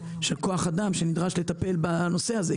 בכוח אדם שנדרש לטפל בנושא הזה.